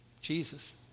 Jesus